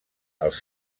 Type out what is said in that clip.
els